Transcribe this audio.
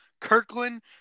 Kirkland